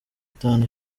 itanu